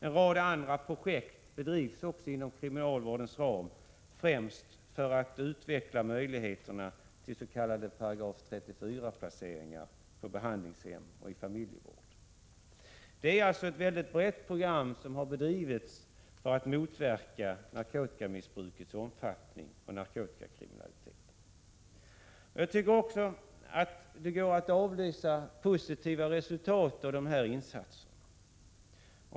En rad andra projekt bedrivs också inom kriminalvårdens ram, främst för att utveckla möjligheterna till s.k. § 34-placeringar på behandlingshem och i familjevård. Det är alltså ett mycket brett arbete som har bedrivits för att motverka narkotikamissbruk och narkotikakriminalitet. Jag tycker också att det går att avläsa positiva resultat av de här insatserna.